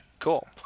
Cool